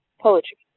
poetry